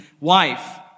wife